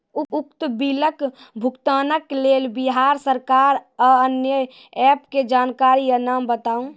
उक्त बिलक भुगतानक लेल बिहार सरकारक आअन्य एप के जानकारी या नाम बताऊ?